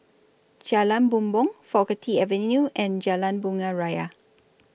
Jalan Bumbong Faculty Avenue and Jalan Bunga Raya